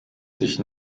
sich